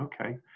Okay